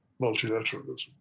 multilateralism